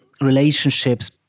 relationships